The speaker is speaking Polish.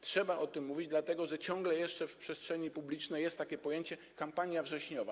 Trzeba o tym mówić, dlatego że ciągle jeszcze w przestrzeni publicznej jest takie pojęcie: kampania wrześniowa.